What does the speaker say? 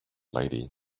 lady